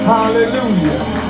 Hallelujah